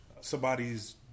somebody's